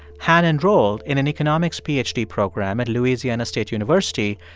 han enrolled in an economics ph d. program at louisiana state university,